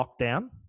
lockdown